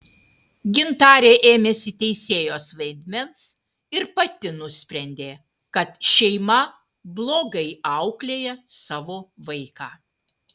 gintarė ėmėsi teisėjos vaidmens ir pati nusprendė kad šeima blogai auklėja savo vaiką